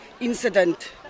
incident